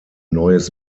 neues